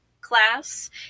class